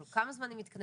כל כמה זמן היא מתכנסת?